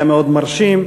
היה מאוד מרשים.